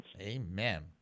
Amen